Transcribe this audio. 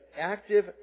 active